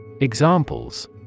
Examples